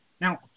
Now